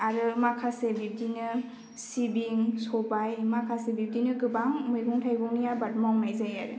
आरो माखासे बिब्दिनो सिबिं सबाइ माखासे बिब्दिनो गोबां मैगं थाइगंनि आबाद मावनाय जायो आरो